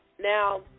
Now